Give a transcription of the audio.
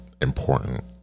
important